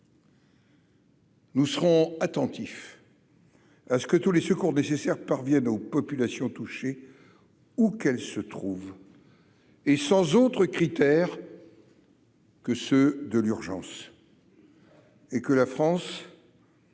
Nous serons attentifs à ce que tous les secours nécessaires parviennent aux populations touchées, où qu'elles se trouvent et sans autre critère que celui de l'urgence. Nous serons